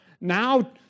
Now